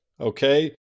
Okay